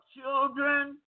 children